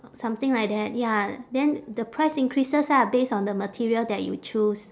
something like that ya then the price increases ah based on the material that you choose